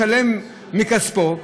משלם מכספו,